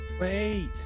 Wait